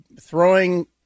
throwing